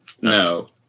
No